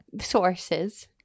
Sources